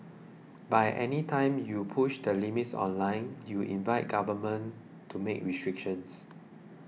by any time you push the limits online you invite Government to make restrictions